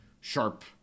sharp